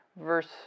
verse